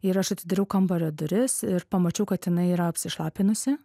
ir aš atidariau kambario duris ir pamačiau kad jinai yra apsišlapinusi